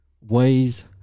ways